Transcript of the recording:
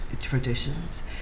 traditions